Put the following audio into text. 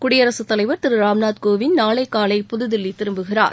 குடியரசுத் தலைவர் திரு ராம்நாத் கோவிந்த் நாளை காலை புதுதில்லி திரும்புகிறார்